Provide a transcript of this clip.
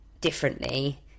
differently